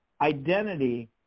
Identity